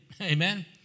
Amen